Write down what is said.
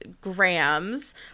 grams